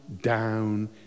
down